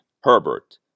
Herbert